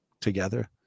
together